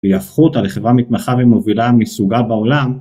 ויהפכו אותה לחברה מתמחה ומובילה מסוגה בעולם.